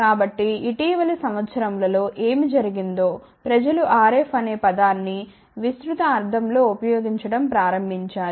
కాబట్టి ఇటీవలి సంవత్సరములలో ఏమి జరిగిందో ప్రజలు RF అనే పదాన్ని విస్తృత అర్థం లో ఉపయోగించడం ప్రారంభించారు